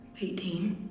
18